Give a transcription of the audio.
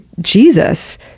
Jesus